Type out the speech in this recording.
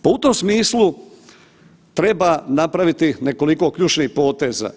Pa u tom smislu treba napraviti nekoliko ključnih poteza.